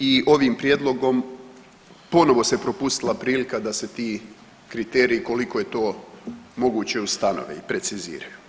i ovim prijedlogom ponovo se propustila prilika da se ti kriteriji koliko je to moguće ustanove i preciziraju.